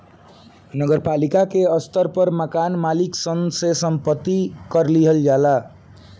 नगर पालिका के स्तर पर मकान मालिक सन से संपत्ति कर लिहल जाला